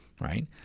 Right